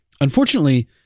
Unfortunately